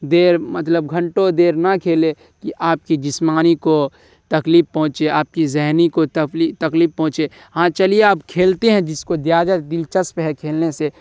دیر مطلب گھنٹوں دیر نہ کھیلے کہ آپ کی جسمانی کو تکلیف پہنچے آپ کی ذہنی کو تکلیف پہنچے ہاں چلیے آپ کھیلتے ہیں جس کو زیادہ دلچسپ ہے کھیلنے سے